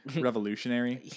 revolutionary